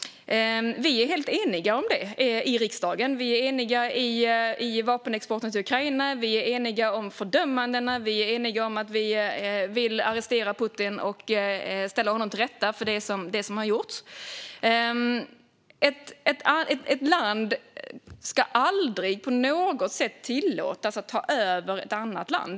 Vi är helt eniga om detta i riksdagen. Vi är eniga om vapenexporten till Ukraina, vi är eniga om fördömandena och vi är eniga om att vi vill arrestera Putin och ställa honom inför rätta för det som har gjorts. Ett land ska aldrig på något sätt tillåtas att ta över ett annat land.